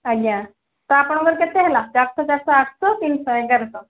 ଆଜ୍ଞା ତ ଆପଣଙ୍କର କେତେ ହେଲା ଚାରିଶହ ଚାରିଶହ ଆଠଶହ ତିନଶହ ଏଗାରଶହ